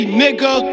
nigga